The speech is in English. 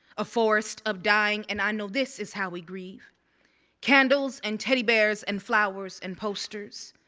a forest of dying, and i know this is how we grieve candles and teddy bears and flowers and posters,